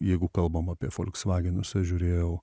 jeigu kalbam apie folksvagenus aš žiūrėjau